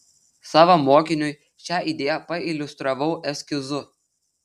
savo mokiniui šią idėją pailiustravau eskizu